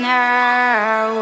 now